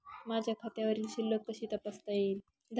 माझ्या खात्यावरील शिल्लक कशी तपासता येईल?